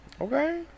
Okay